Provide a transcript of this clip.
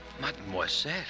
Mademoiselle